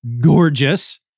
gorgeous